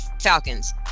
Falcons